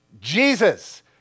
Jesus